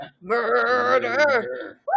Murder